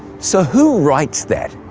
so who writes that?